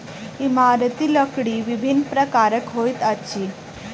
इमारती लकड़ी विभिन्न प्रकारक होइत अछि